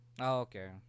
Okay